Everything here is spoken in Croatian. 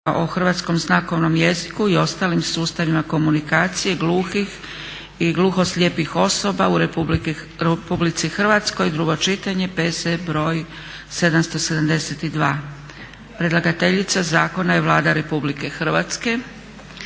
o Hrvatskom znakovnom jeziku i ostalim sustavima komunikacije gluhih i gluhoslijepih osoba u Republici Hrvatskoj, drugo čitanje, P.Z. br. 772; Predlagateljica Zakona je Vlada Republike Hrvatske,